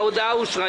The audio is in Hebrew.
ההודעה אושרה.